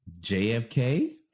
JFK